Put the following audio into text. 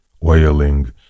wailing